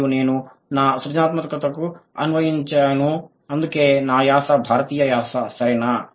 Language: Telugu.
మరియు నేను నా సృజనాత్మకతను అన్వయించాను అందుకే నా యాస భారతీయ యాస సరేనా